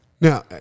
Now